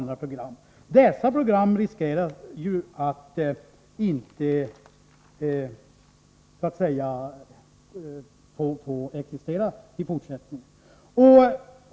Det föreligger alltså en risk för att dessa program inte får existera i fortsättningen.